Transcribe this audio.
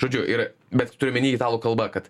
žodžiu ir bet turiu omeny italų kalba kad